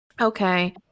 Okay